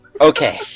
Okay